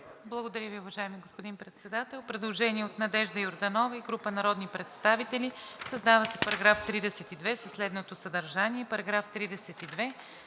Благодаря Ви, уважаеми господин Председател. Предложение от Надежда Йорданова и група народни представители: „Създава се § 32 със следното съдържание: